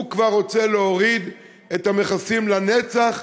הוא כבר רוצה להוריד את המכסים לנצח,